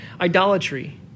idolatry